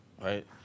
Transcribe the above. right